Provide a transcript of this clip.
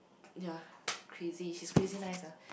ya crazy she's crazy nice ah